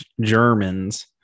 germans